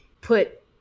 put